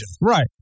Right